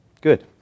Good